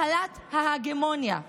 מחלת ההגמוניה.